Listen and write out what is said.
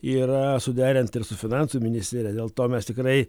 yra suderinti ir su finansų ministerija dėl to mes tikrai